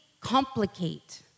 complicate